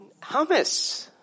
Hummus